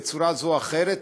בצורה זו או אחרת,